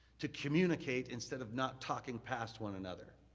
to communicate instead of not talking past one another.